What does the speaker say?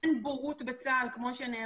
התעקשתי כמנהלת הוועדה,